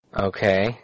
Okay